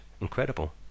Incredible